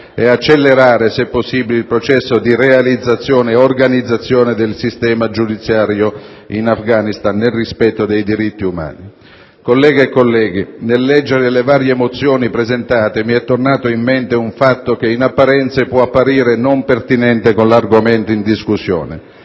e accelerare, se possibile, il processo di realizzazione e organizzazione del sistema giudiziario in Afghanistan, nel rispetto dei diritti umani. Colleghe e colleghi, nel leggere le varie mozioni presentate mi è tornato in mente un fatto, che in apparenza può apparire non pertinente con l'argomento in discussione,